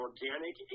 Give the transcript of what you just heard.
Organic